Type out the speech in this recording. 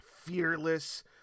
fearless